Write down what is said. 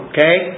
Okay